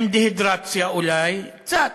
עם דהידרציה אולי, קצת,